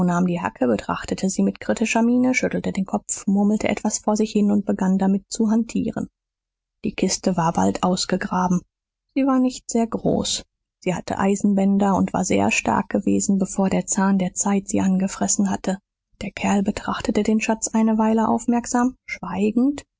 nahm die hacke betrachtete sie mit kritischer miene schüttelte den kopf murmelte etwas vor sich hin und begann damit zu hantieren die kiste war bald ausgegraben sie war nicht sehr groß sie hatte eisenbänder und war sehr stark gewesen bevor der zahn der zeit sie angefressen hatte der kerl betrachtete den schatz eine weile aufmerksam schweigend